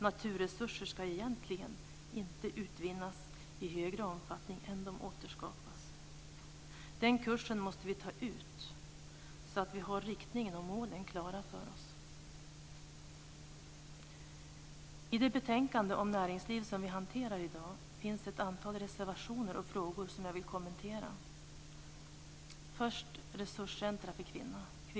Naturresurser ska egentligen inte utvinnas i högre omfattning än de återskapas. Den kursen måste vi ta ut, så att vi har riktningen och målen klara för oss. I betänkandet Näringsliv som vi hanterar i dag finns ett antal reservationer och frågor som jag vill kommentera. Först är det resurscentrum för kvinnor.